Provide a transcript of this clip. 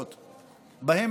ובהם,